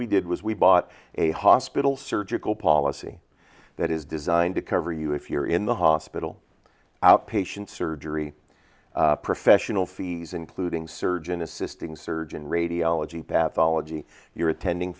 we did was we bought a hospital surgical policy that is designed to cover you if you're in the hospital outpatient surgery professional fees including surgeon assisting surgeon radiology path ology your attending